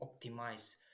optimize